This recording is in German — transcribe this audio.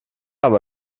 aber